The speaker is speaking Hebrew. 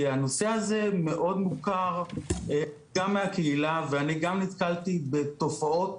כי הנושא הזה הוא מאוד מוכר גם מהקהילה ואני גם נתקלתי בתופעות